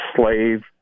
slave